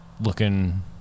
looking